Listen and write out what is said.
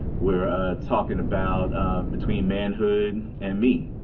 we're talking about between manhood and me,